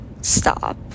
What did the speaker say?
stop